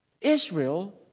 Israel